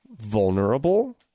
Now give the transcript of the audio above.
vulnerable